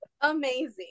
Amazing